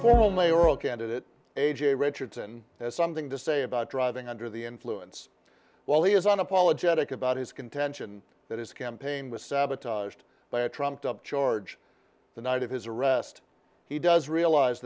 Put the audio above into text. well mayoral candidate a j richardson has something to say about driving under the influence while he is unapologetic about his contention that his campaign was sabotaged by a trumped up charge the night of his arrest he does realize